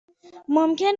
ممکن